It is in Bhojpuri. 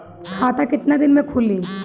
खाता कितना दिन में खुलि?